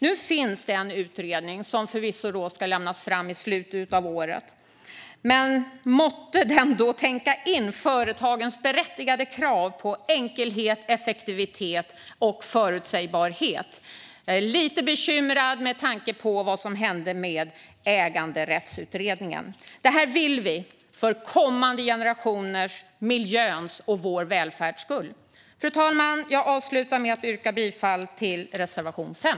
Nu finns det en utredning som ska redovisa sitt uppdrag i slutet av året. Måtte den tänka på företagens berättigade krav på enkelhet, effektivitet och förutsägbarhet. Jag är lite bekymrad med tanke på vad som hände med äganderättsutredningen. Det här vill vi för kommande generationers, miljöns och vår välfärds skull. Fru talman! Jag avslutar med att yrka bifall till reservation 5.